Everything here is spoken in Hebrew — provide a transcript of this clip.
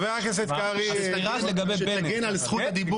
חבר הכנסת קרעי, זכות הדיבור